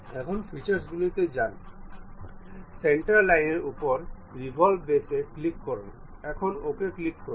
এখন ফিচার্সগুলিতে যান সেন্টার লাইনের উপরে রেভল্ভে বেস এ ক্লিক করুন এখন OK ক্লিক করুন